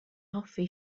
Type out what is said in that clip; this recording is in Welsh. hoffi